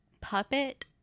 Puppet